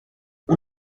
اون